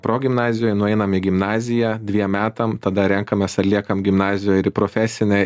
progimnazijoj nueinam į gimnaziją dviem metam tada renkamės ar liekam gimnazijoj ar į profesinę